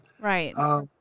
Right